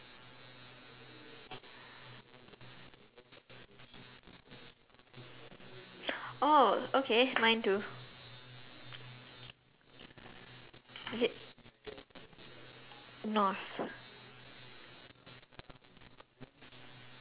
oh okay mine too is it north